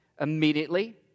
immediately